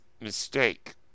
mistake